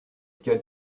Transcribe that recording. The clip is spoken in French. quel